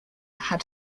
had